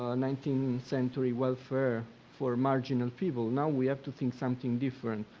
ah nineteenth century welfare for marginal people. now we have to think something different.